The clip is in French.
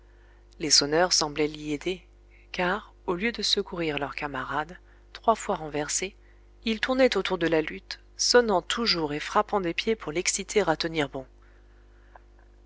les sonneurs semblaient l'y aider car au lieu de secourir leur camarade trois fois renversé ils tournaient autour de la lutte sonnant toujours et frappant des pieds pour l'exciter à tenir bon